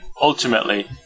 Ultimately